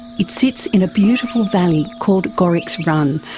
it sits in a beautiful valley called gorricks run,